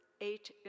eight